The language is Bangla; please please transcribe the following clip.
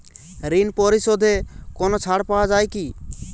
ঋণ পরিশধে কোনো ছাড় পাওয়া যায় কি?